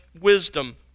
wisdom